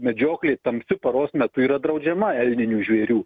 medžioklė tamsiu paros metu yra draudžiama elninių žvėrių